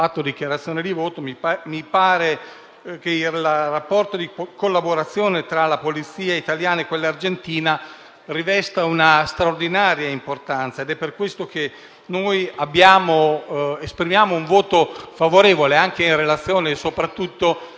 Mi pare che il rapporto di collaborazione tra la Polizia italiana e quella argentina rivesta una straordinaria importanza. È per questo che noi esprimiamo un voto favorevole, soprattutto in relazione